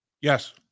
Yes